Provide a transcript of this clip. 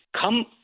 Come